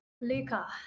Luca